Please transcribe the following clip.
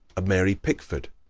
a mary pickford,